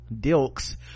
dilks